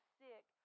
sick